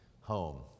home